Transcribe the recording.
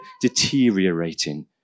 deteriorating